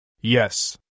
Yes